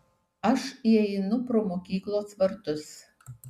aš įeinu pro mokyklos vartus